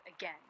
again